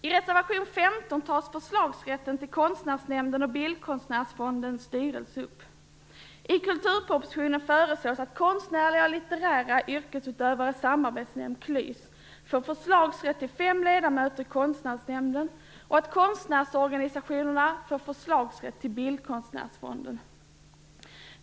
I reservation 15 tas förslagsrätten till KLYS, får förslagsrätt till fem ledamöter i Konstnärsnämnden och att konstnärsorganisationerna får förslagsrätt till Bildkonstnärsfonden.